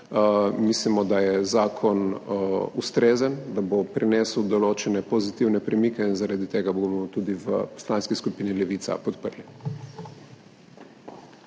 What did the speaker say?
Mislimo, da je zakon ustrezen, da bo prinesel določene pozitivne premike in zaradi tega bomo tudi v Poslanski skupini Levica podprli.